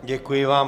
Děkuji vám.